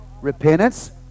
Repentance